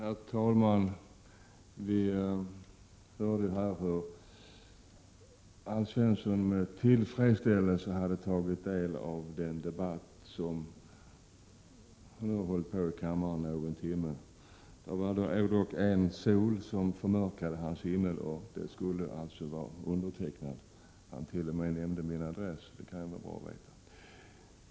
Herr talman! Vi hörde här hur Alf Svensson med intresse hade tagit del av den debatt som pågått i kammaren någon timme. Där var dock en sol som förmörkade hans himmel, och den skulle vara undertecknad. Han t.o.m. nämnde min adress; det kan ju vara bra att veta.